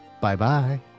Bye-bye